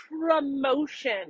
Promotion